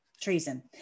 treason